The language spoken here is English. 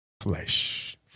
flesh